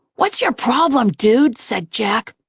what's your problem, dude? said jack.